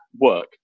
work